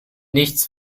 nichts